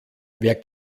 wer